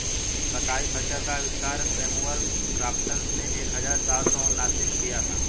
कताई खच्चर का आविष्कार सैमुअल क्रॉम्पटन ने एक हज़ार सात सौ उनासी में किया था